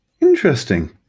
interesting